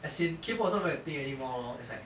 as in K pop is not even a thing anymore lor it's like